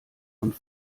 und